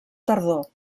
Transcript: tardor